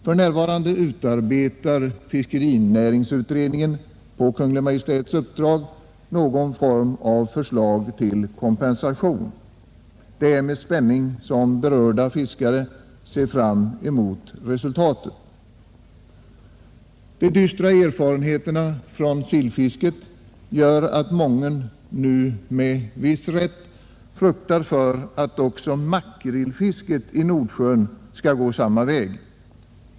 För närvarande utarbetar fiskerinäringsutredningen på Kungl. Maj:ts uppdrag förslag till någon form av kompensation. Det är med spänning berörda fiskare ser fram emot resultatet. De dystra erfarenheterna från sillfisket gör att mången nu med viss rätt fruktar för att också makrillfisket i Nordsjön skall gå samma väg.